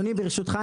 ברשותך,